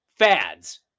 fads